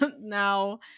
Now